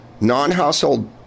non-household